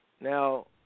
Now